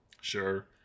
Sure